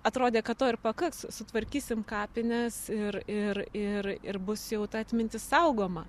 atrodė kad to ir pakaks sutvarkysim kapines ir ir ir ir bus jau ta atmintis saugoma